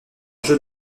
jeu